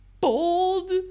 bold